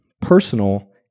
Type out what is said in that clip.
personal